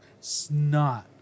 snot